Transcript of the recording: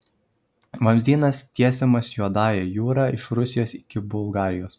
vamzdynas tiesiamas juodąja jūra iš rusijos iki bulgarijos